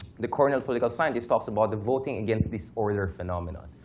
the cornell political scientist, talks about the voting against the spoiler phenomenon.